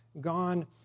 gone